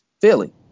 Philly